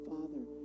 Father